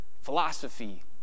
philosophy